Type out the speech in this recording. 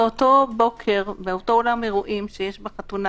באותו אולם אירועים שיש בו חתונה